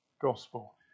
gospel